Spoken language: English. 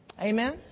Amen